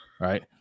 right